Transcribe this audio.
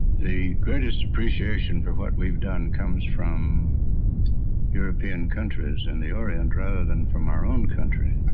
the greatest appreciation for what we've done comes from european countries and the orient rather than from our own country.